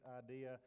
idea